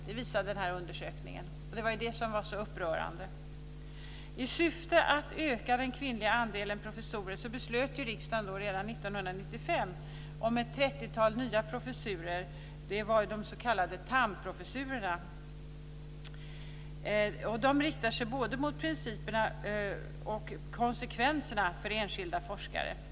Det var detta som var så upprörande. I syfte att öka den kvinnliga andelen professorer beslöt riksdagen redan 1995 om ett trettiotal nya professurer, de s.k. Thamprofessurerna. Kritiken mot dem riktade sig både mot principerna och mot konsekvenserna för enskilda forskare.